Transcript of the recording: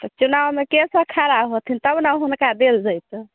तऽ चुनावमे केसब खड़ा होथिन तब ने हुनका देल जेतै